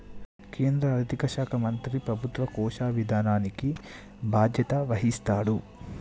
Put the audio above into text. కేంద్ర ఆర్థిక శాఖ మంత్రి ప్రభుత్వ కోశ విధానానికి బాధ్యత వహిస్తాడు